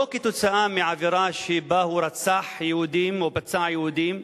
לא בגלל עבירה שבה הוא רצח יהודים או פצע יהודים,